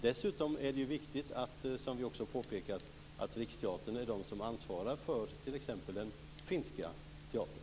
Dessutom är det viktigt, som vi också påpekat, att Riksteatern är den som ansvarar för t.ex. finsk teater.